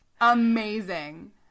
amazing